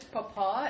Papa